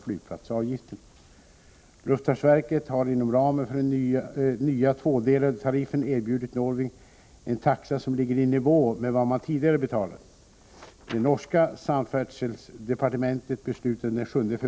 Luftfartsverket har inom ramen för den nya tvådelade tariffen erbjudit Norwing en taxa som ligger i nivå med vad man tidigare betalade.